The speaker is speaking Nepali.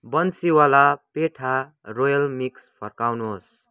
बन्सिवाला पेठा रोयल मिक्स फर्काउनुहोस्